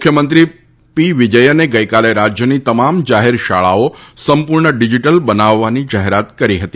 મુખ્યમંત્રી પિનરાઈ વિજયને ગઈકાલે રાજ્યની તમામ જાહેર શાળાઓ સંપૂર્ણ ડિજિટલ બનવાની જાહેરાત કરી હતી